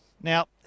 Now